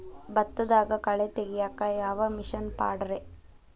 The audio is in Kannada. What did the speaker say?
ಭತ್ತದಾಗ ಕಳೆ ತೆಗಿಯಾಕ ಯಾವ ಮಿಷನ್ ಪಾಡ್ರೇ?